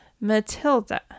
Matilda